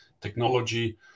technology